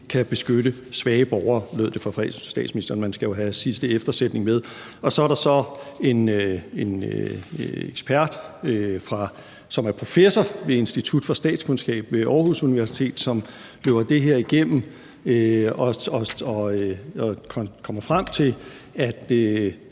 kan beskytte svage borgere. Sådan lød det fra statsministeren. Man skal jo have den sidste sætning med. Og så er der en ekspert, som er professor ved institut for statskundskab ved Aarhus Universitet, som løber det her igennem og kommer frem til, at